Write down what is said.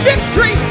Victory